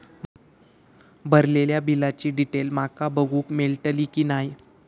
भरलेल्या बिलाची डिटेल माका बघूक मेलटली की नाय?